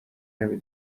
نمی